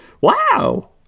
Wow